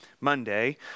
Monday